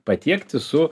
patiekti su